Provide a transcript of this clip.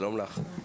שלום לך.